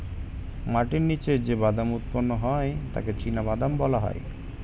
মাটির নিচে যে বাদাম উৎপন্ন হয় তাকে চিনাবাদাম বলা হয়